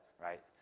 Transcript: right